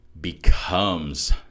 becomes